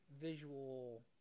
visual